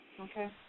Okay